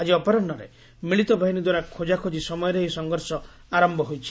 ଆଜି ଅପରାହ୍ୱରେ ମିଳିତ ବାହିନୀ ଦ୍ୱାରା ଖୋଜାଖୋଜି ସମୟରେ ଏହି ସଂଘର୍ଷ ଆରମ୍ଭ ହୋଇଛି